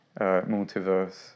multiverse